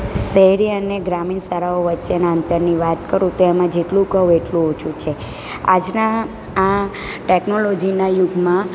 શહેરી અને ગ્રામીણ શાળાઓ વચ્ચેના અંતરની વાત કરું તો એમાં જેટલું કહુ એટલું ઓછું છે આજના આ ટેકનોલોજીના યુગમાં